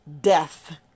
death